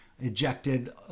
ejected